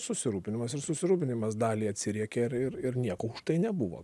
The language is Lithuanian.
susirūpinimas ir susirūpinimas dalį atsiriekė ir ir ir nieko už tai nebuvo